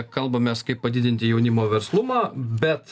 kalbamės kaip padidinti jaunimo verslumą bet